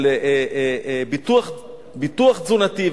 ביטוח תזונתי,